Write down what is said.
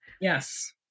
Yes